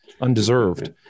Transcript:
undeserved